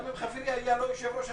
גם אם חברי לא היה יושב-ראש הוועדה,